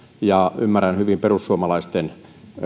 ja ymmärrän hyvin perussuomalaisten